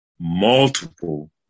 multiple